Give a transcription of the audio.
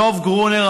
דב גרונר,